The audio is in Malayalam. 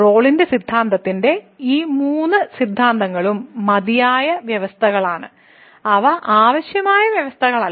റോളിന്റെ സിദ്ധാന്തത്തിന്റെ ഈ മൂന്ന് സിദ്ധാന്തങ്ങളും മതിയായ വ്യവസ്ഥകളാണ് അവ ആവശ്യമായ വ്യവസ്ഥകളല്ല